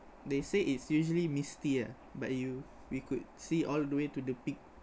they say it's usually misty ah but you we could see all the way to the peak